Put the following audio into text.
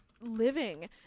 living